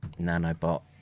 nanobot